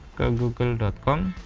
google dot com